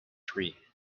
three